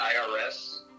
IRS